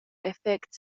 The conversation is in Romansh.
effect